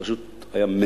זה פשוט היה מזעזע,